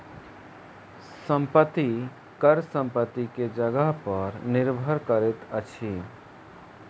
संपत्ति कर संपत्ति के जगह पर निर्भर करैत अछि